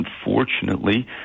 unfortunately